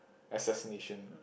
assassination